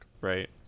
right